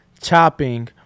chopping